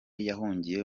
yahungiye